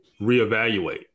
reevaluate